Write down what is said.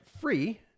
free